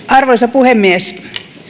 arvoisa puhemies